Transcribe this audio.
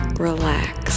Relax